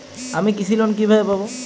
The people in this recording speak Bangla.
আমি কৃষি লোন কিভাবে পাবো?